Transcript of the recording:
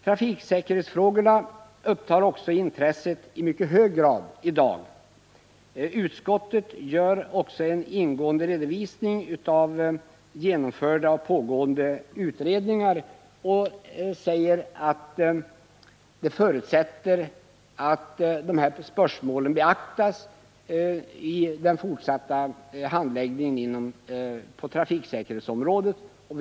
Trafiksäkerhetsfrågorna upptar i mycket hög grad intresset i dag, och utskottet gör en mycket ingående redovisning av genomförda och pågående utredningar i det här avseendet och säger att man förutsätter att de spörsmål motionären har tagit upp beaktas i den fortsatta handläggningen av trafiksäkerhetsfrågorna.